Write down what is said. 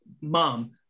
Mom